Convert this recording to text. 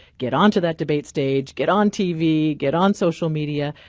get onto that debate stage, get on tv, get on social media.